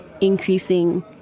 increasing